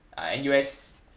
ah N_U_S